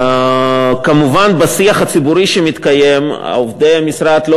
מובן שבשיח הציבורי שמתקיים עובדי המשרד מדברים